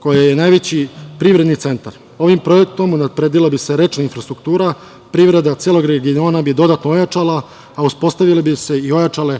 koja je najveći privredni centar. Ovim projektom unapredila bi se rečna infrastruktura, privreda celog regiona bi dodatno ojačala, a uspostavile bi se i ojačale